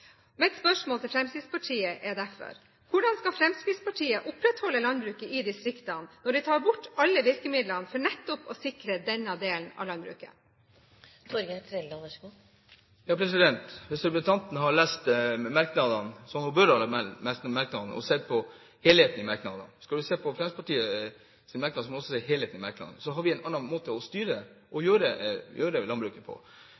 Mitt spørsmål til Fremskrittspartiet er derfor: Hvordan skal Fremskrittspartiet opprettholde landbruket i distriktene, når de tar bort alle virkemidlene for nettopp å sikre denne delen av landbruket? Hvis representanten har lest merknadene – hun bør ha lest merknadene og sett helheten i dem, for skal en se på Fremskrittspartiets merknader, må en se på helheten – ville hun sett at vi har en annen måte å styre landbruket på.